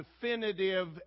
definitive